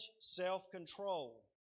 self-control